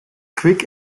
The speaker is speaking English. quick